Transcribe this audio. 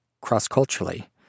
cross-culturally